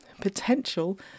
potential